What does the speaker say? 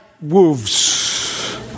wolves